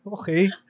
Okay